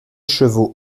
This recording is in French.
chevaux